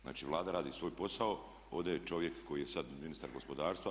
Znači Vlada radi svoj posao, ovdje je čovjek koji je sada ministar gospodarstva.